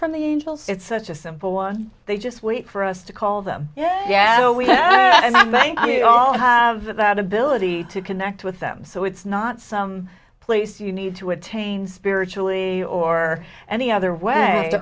from the angels it's such a simple one they just wait for us to call them yeah yeah we all have that ability to connect with them so it's not some place you need to attain spiritually or any other way